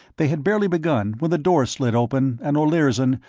they had barely begun when the door slid open and olirzon,